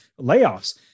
layoffs